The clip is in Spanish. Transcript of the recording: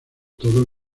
todo